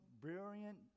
brilliant